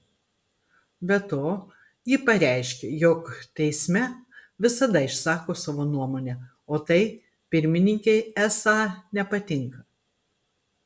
be to ji pareiškė jog teisme visada išsako savo nuomonę o tai pirmininkei esą nepatinka